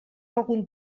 algun